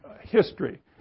history